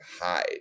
hide